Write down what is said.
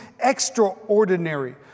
extraordinary